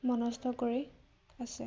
মনস্থ কৰি আছে